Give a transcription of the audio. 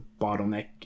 bottleneck